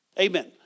Amen